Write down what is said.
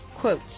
Quote